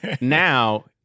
Now